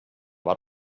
war